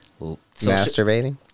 masturbating